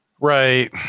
Right